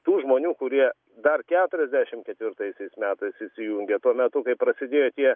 tų žmonių kurie dar keturiasdešim ketivirtaisiais metais įsijungė tuo metu kai prasidėjo tie